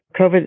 COVID